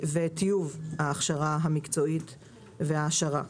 וטיוב ההכשרה המקצועית וההכשרה.